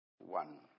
One